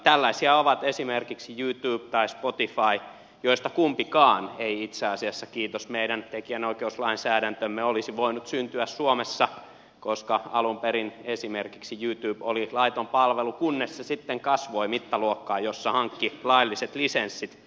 tällaisia ovat esimerkiksi youtube tai spotify joista kumpikaan ei itse asiassa kiitos meidän tekijänoikeuslainsäädäntömme olisi voinut syntyä suomessa koska alun perin esimerkiksi youtube oli laiton palvelu kunnes se sitten kasvoi siihen mittaluokkaan jossa hankki lailliset lisenssit